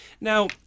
Now